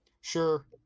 Sure